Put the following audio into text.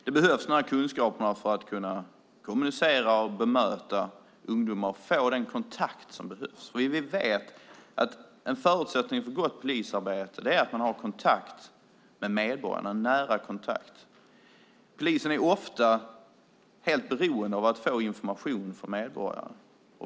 De här kunskaperna behövs för att kunna kommunicera och bemöta ungdomar och få den kontakt som behövs. Vi vet att en förutsättning för gott polisarbete är att man har nära kontakt med medborgarna. Polisen är ofta helt beroende av att få information från medborgarna.